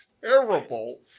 terrible